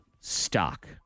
stock